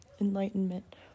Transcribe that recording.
enlightenment